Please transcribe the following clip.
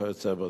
וכיוצא בזה.